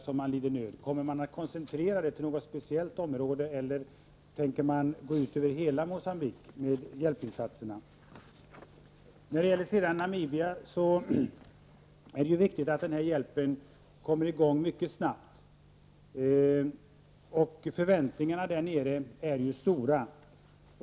Kommer hjälpen att koncentreras till något speciellt område, eller tänker man gå ut med hjälpinsatser till hela Moçambique? När det gäller Namibia är det viktigt att hjälpen kommer i gång mycket snabbt. Förväntningarna där nere är stora.